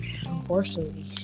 unfortunately